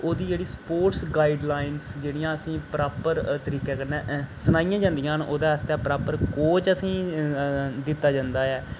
ओह्दी जेह्ड़ी स्पोर्ट्स गाइडलाइनां जेहड़ियां असें गी प्रापर तरीके कन्नै सनाइयां जंदियां न ओह्दे आस्तै प्रापर कोच असें गी दित्ता जंदा ऐ